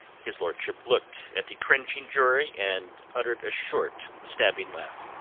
his lordship looked at the cringing jury and uttered a short, stabbing laugh.